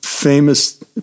famous